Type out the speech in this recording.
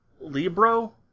Libro